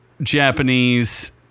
Japanese